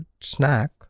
snack